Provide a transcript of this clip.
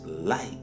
light